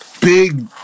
big